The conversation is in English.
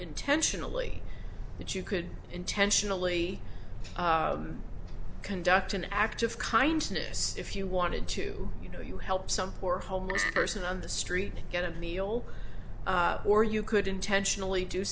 intentionally but you could intentionally conduct an act of kindness if you wanted to you know you help some poor homeless person on the street get a meal or you could intentionally do